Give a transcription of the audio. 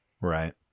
Right